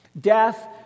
Death